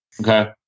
Okay